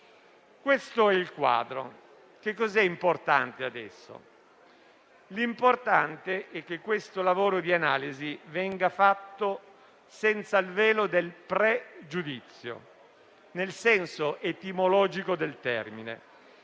Questo è il quadro: adesso è importante che questo lavoro di analisi venga fatto senza il velo del pre-giudizio, nel senso etimologico del termine